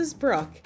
Brooke